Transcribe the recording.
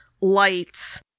lights